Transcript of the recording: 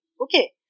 okay